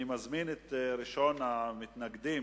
אני מזמין את ראשון המתנגדים